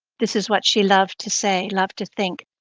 this is what she loved to say, loved to think,